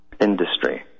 industry